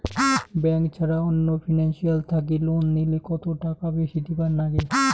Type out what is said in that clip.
Bank ছাড়া অন্য financial থাকি লোন নিলে কতটাকা বেশি দিবার নাগে?